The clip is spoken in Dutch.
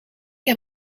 heb